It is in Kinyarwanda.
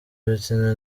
ibitsina